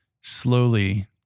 slowly